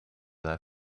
that